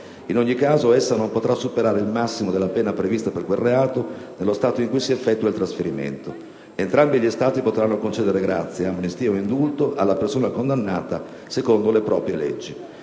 in ogni caso, essa non potrà superare il massimo della pena prevista per quel reato nello Stato in cui si effettua il trasferimento. Entrambi gli Stati potranno concedere grazia, amnistia o indulto alla persona condannata, secondo le proprie leggi.